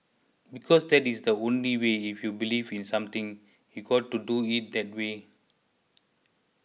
because that is the only way if you believe in something you've got to do it that way